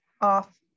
off